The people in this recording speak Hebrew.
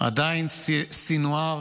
עדיין סנוואר